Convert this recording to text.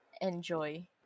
enjoy